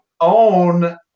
own